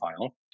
file